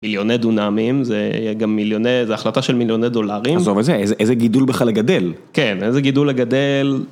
מיליוני דונמים זה גם מיליוני זה החלטה של מיליוני דולרים זה איזה גידול בכלל לגדל? כן איזה גידול לגדל